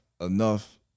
enough